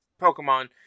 Pokemon